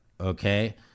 okay